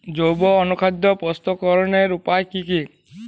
জৈব অনুখাদ্য প্রস্তুতিকরনের উপায় কী কী?